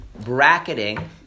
bracketing